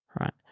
Right